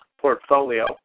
Portfolio